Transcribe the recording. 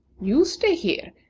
you stay here,